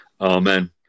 Amen